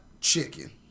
chicken